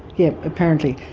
yes, apparently.